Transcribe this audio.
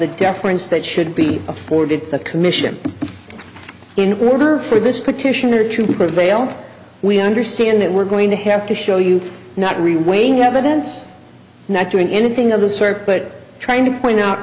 the deference that should be or did the commission in order for this petitioner to prevail we understand that we're going to have to show you not really weighing evidence not doing anything of the circuit but trying to point out